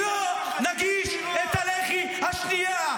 כי לא נגיש את הלחי השנייה.